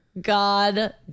God